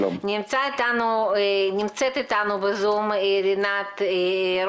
נמצאת איתנו בזום רינת זקן,